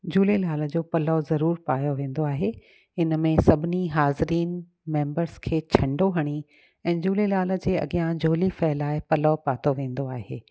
झूलेलाल जो पलउ ज़रूरु पायो वेंदो आहे हिन में सभिनी हाज़रिनि मेंबर्स खे छंडो हणी ऐं झूलेलाल जे अॻियां झोली फहिलाए पलउ पातो वेंदो आहे